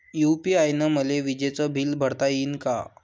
UPI न मले विजेचं बिल भरता यीन का?